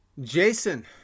Jason